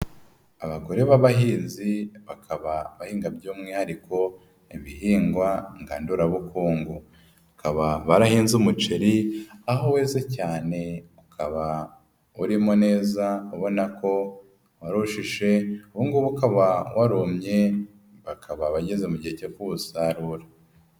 Abagore b'abahinzi ,bakaba bahinga by'umwihariko ibihingwa ngandurabukungu. Bakaba barahinze umuceri aho weze cyane ukaba urimo neza, ubona ko warushishe, ubungubu ukaba warumye ,bakaba abageze mu gihe cyo kuwusarura.